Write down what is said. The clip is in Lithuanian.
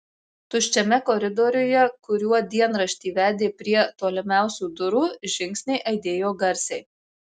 tuščiame koridoriuje kuriuo dienraštį vedė prie tolimiausių durų žingsniai aidėjo garsiai